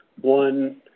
one